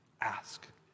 ask